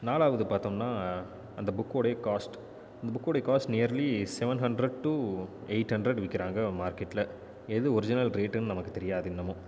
நாலாவது பார்த்தோம்னா அந்த புக்கோடைய காஸ்ட் அந்த புக்கோடைய cost nearly seven hundred eight hundred விற்கிறாங்க மார்க்கெட்டில் எது ஒரிஜினல் ரேட்டுனு நமக்கு தெரியாது இன்னுமும்